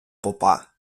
попа